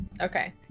Okay